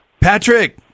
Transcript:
Patrick